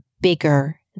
bigger